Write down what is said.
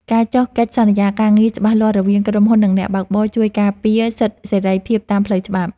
ការចុះកិច្ចសន្យាការងារច្បាស់លាស់រវាងក្រុមហ៊ុន និងអ្នកបើកបរជួយការពារសិទ្ធិសេរីភាពតាមផ្លូវច្បាប់។